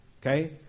okay